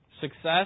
Success